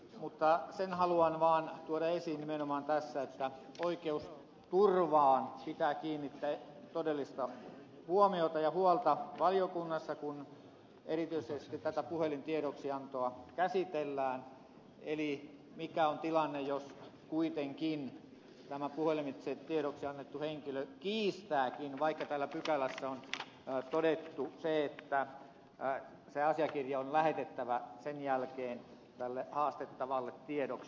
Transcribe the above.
mutta sen haluan vaan tuoda esiin nimenomaan tässä että oikeusturvaan pitää kiinnittää todellista huomiota ja kantaa siitä huolta valiokunnassa kun erityisesti tätä puhelintiedoksiantoa käsitellään eli siihen mikä on tilanne jos kuitenkin tämä henkilö jolle asia on puhelimitse tiedoksi annettu kiistääkin sen vaikka täällä pykälässä on todettu se että asiakirja on lähetettävä sen jälkeen haastettavalle tiedoksi